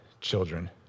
children